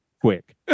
quick